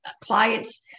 clients